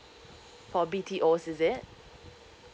for B_T_Os is it